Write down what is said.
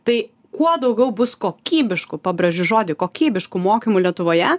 tai kuo daugiau bus kokybiškų pabrėžiu žodį kokybiškų mokymų lietuvoje